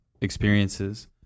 experiences